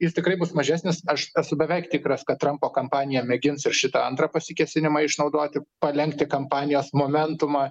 jis tikrai bus mažesnis aš esu beveik tikras kad trampo kampanija mėgins ir šitą antrą pasikėsinimą išnaudoti palenkti kampanijos momentumą